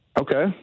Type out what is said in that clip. Okay